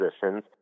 positions